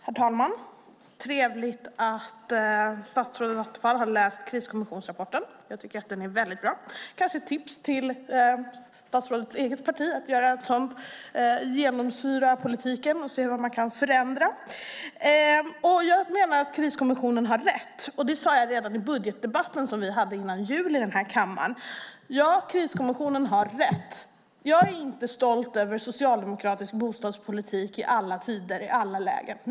Herr talman! Det är trevligt att statsrådet Attefall har läst kriskommissionsrapporten. Jag tycker att den är väldigt bra. Det är kanske ett tips till statsrådets eget parti att göra en sådan genomlysning av politiken och se vad man kan förändra. Jag menar att kriskommissionen har rätt. Det sade jag redan i budgetdebatten, som vi hade före jul i den här kammaren. Ja, kriskommissionen har rätt. Jag är inte stolt över socialdemokratisk bostadspolitik i alla tider, i alla lägen.